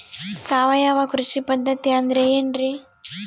ಸಾವಯವ ಕೃಷಿ ಪದ್ಧತಿ ಅಂದ್ರೆ ಏನ್ರಿ?